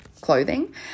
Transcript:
clothing